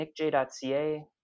nickj.ca